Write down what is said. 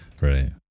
Right